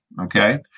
okay